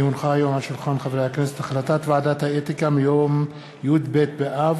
כי הונחה היום על שולחן הכנסת החלטת ועדת האתיקה מיום י"ב באב